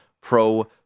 Pro